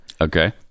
Okay